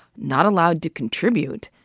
not allowed to contribute.